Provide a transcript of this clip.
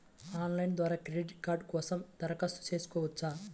Online ద్వారా credit card కోసం దరఖాస్తు చేయవచ్చా?